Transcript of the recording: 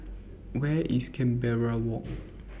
Where IS Canberra Walk